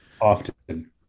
often